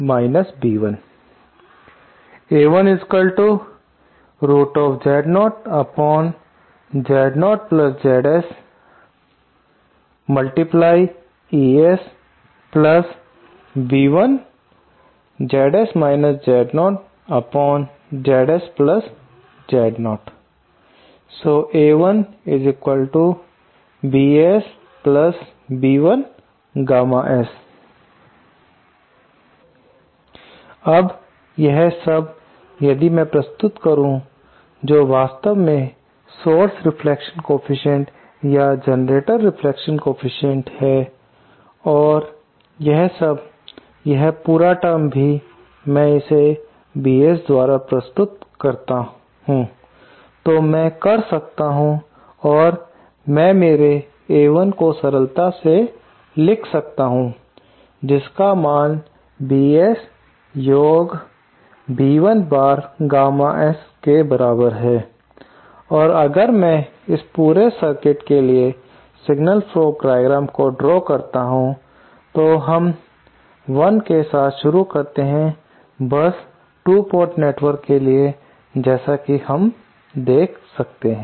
अब यह सब यदि मैं प्रस्तुत करूं जो वास्तव में सोर्स रिफ्लेक्शन कोएफ़िशिएंट या जरनैटर रिफ्लेक्शन कोएफ़िशिएंट है और यह सब यह पूरा टर्म भी में इसे BS द्वारा प्रस्तुत करता हूं तो मैं कर सकता हूं और मैं मेरे a1 को सरलता से लिख सकता हूं जिसका मान BS योग B1 बार गामा S के बराबर है और अगर मैं इस पूरे सर्किट के लिए सिग्नल फ्लो ग्राफ डायग्राम को ड्रॉ करता हूँ तो हम 1 के साथ शुरू करते हैं बस 2 पोर्ट नेटवर्क के लिए जैसा कि हम देखते हैं